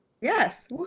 yes